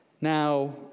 now